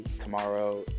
tomorrow